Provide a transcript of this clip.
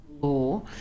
law